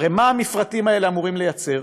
הרי מה המפרטים האלה אמורים לייצר?